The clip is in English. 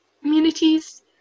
communities